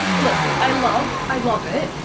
look i love i love it.